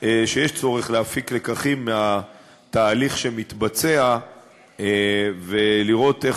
שיש להפיק לקחים מהתהליך שמתבצע ולראות איך